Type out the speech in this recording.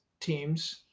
teams